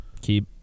Keep